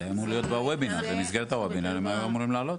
זה היה אמור להיות במסגרת הוובינר הם היו אמורים לעלות,